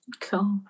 Cool